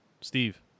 Steve